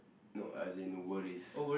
no as in worries